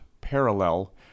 parallel